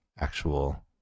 actual